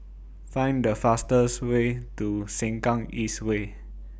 Find The fastest Way to Sengkang East Way